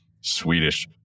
Swedish